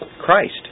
Christ